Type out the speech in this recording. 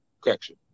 correction